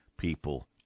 people